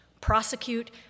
prosecute